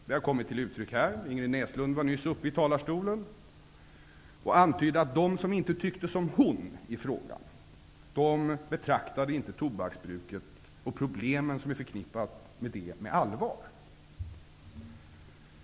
Det har kommit till uttryck här i kammaren; Ingrid Näslund var nyss uppe i talarstolen och antydde att de som inte tycker som hon i frågan inte betraktar tobaksbruket och problemen som är förknippade med det med allvar.